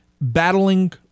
battling